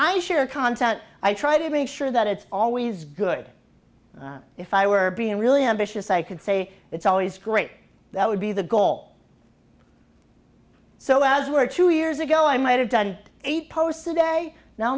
i share content i try to make sure that it's always good if i were being really ambitious i could say it's always great that would be the goal so as were two years ago i might have done eight posts a day now